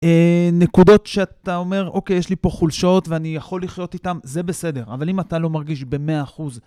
נקודות שאתה אומר, אוקיי, יש לי פה חולשות ואני יכול לחיות איתן, זה בסדר, אבל אם אתה לא מרגיש ב-100 אחוז...